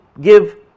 give